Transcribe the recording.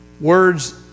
words